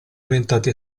orientati